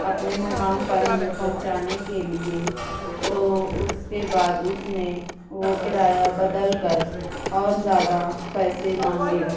اپنے مقام پہ ہمیں پہنچانے کے لیے تو اس کے بعد اس نے وہ کرایہ بدل کر اور زیادہ پیسے مانگے